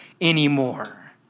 anymore